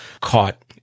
caught